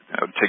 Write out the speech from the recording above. Take